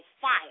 fire